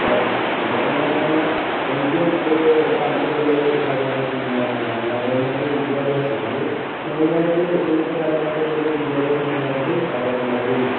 അപ്പോൾ അതൊക്കെ എന്ന് പറഞ്ഞു കഴിഞ്ഞാൽ എനിക്കും ഒരു താല്പര്യമുള്ള ഒരു കാര്യമാണ് പിന്നെ എന്ന് പറഞ്ഞു കഴിഞ്ഞാല് വിദ്യാഭ്യാസം അത് മെയിനായിട്ട് ഇങ്ങനത്തെ കാര്യങ്ങളൊക്കെ ചെയുമ്പോൾ വിദ്യാഭ്യാസം നന്നായിട്ട് അവർക്ക് ഉണ്ടാവുകയും ചെയ്യും